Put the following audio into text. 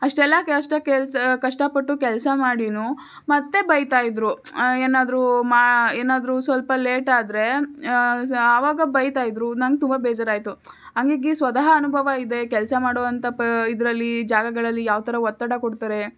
ಅಷ್ಟೆಲ್ಲ ಕಷ್ಟ ಕೆಲಸ ಕಷ್ಟಪಟ್ಟು ಕೆಲಸ ಮಾಡಿನೂ ಮತ್ತು ಬೈತಾ ಇದ್ದರು ಏನಾದರೂ ಮಾ ಏನಾದರೂ ಸ್ವಲ್ಪ ಲೇಟಾದರೆ ಆವಾಗ ಬೈತಾ ಇದ್ದರು ನನ್ಗೆ ತುಂಬ ಬೇಜಾರಾಯಿತು ಹಂಗಾಗಿ ಸ್ವತಃ ಅನುಭವ ಇದೆ ಕೆಲಸ ಮಾಡೋವಂಥ ಪ ಇದರಲ್ಲಿ ಜಾಗಗಳಲ್ಲಿ ಯಾವ ಥರ ಒತ್ತಡ ಕೊಡ್ತಾರೆ